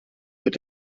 mit